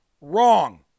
wrong